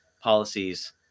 policies